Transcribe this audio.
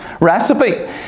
recipe